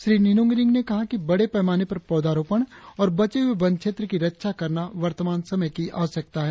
श्री निनोंग ईरिंग ने कहा कि बड़े पैमाने पर पौधारोपण और बचे हुए वन क्षेत्र की रक्षा करना वर्तमान समय की आवश्यकता है